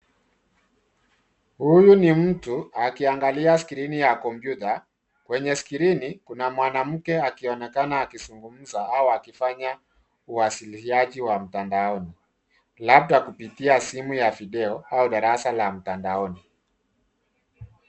Huyu ni mtu akiangalia skrini ya kompyuta; kwenye skrini kuna mwanamke akieonekana akizungumza au akifanya uwasilishaji wa mtandaoni, labda kupitia simu ya video au darasa la mtandaoni.